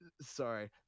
sorry